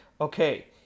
okay